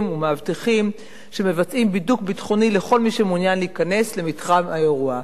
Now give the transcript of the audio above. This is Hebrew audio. ומאבטחים שמבצעים בידוק ביטחוני לכל מי שמעוניין להיכנס למתחם האירוע.